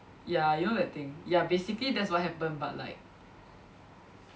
ya you know that thing ya basically that's what happened but like